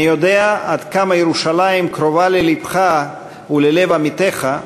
אני יודע עד כמה ירושלים קרובה ללבך וללב עמיתיך,